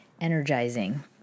energizing